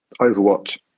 Overwatch